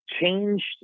changed